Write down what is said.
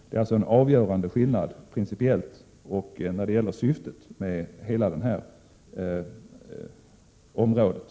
Det är alltså en avgörande principiell skillnad och en skillnad när det gäller syftet med åtgärder på det här området.